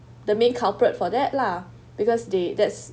the main culprit for that lah because they that's